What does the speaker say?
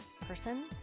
person